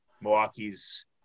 Milwaukee's